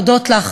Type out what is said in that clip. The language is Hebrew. להודות לך,